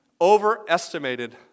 Overestimated